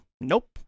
nope